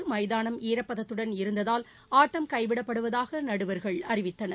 ஸமதானம் ஈரப்பதத்துடன் இருந்ததால் ஆட்டம் கைவிடப்படுவதாக நடுவர்கள் அறிவித்தனர்